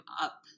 up